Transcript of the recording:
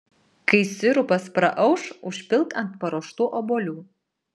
kai sirupas praauš užpilk ant paruoštų obuolių